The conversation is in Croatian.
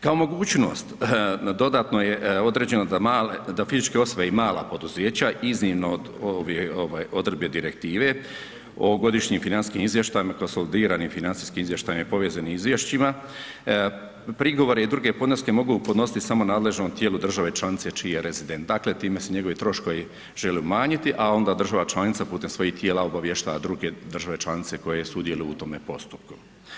Kao mogućnost dodatno je određeno da fizičke osobe i mala poduzeća, iznimno od odredbe direktive, ovogodišnjim financijskim izvještajem, konsolidiranim financijskim izvještajem i povezanim izvješćima, prigovore i druge podneske mogu podnositi samo nadležnom tijelu države članice čiji je rezident, dakle, time se njegovi troškovi žele umanjiti, a onda država članica putem svojih tijela obavještava druge države članice koje sudjeluju u tome postupku.